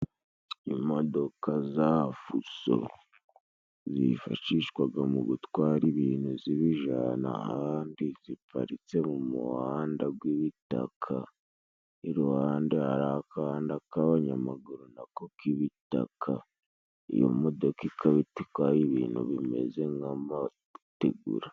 Imodoka za Fuso zifashishwaga mu gutwara ibintu zibijana ahandi ziparitse mu muhanda gw'ibitaka, iruhande hari agahanda k'abanyamaguru na ko k'ibitaka, iyo modoka ikaba itwaye ibintu bimeze nk'amategura.